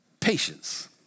patience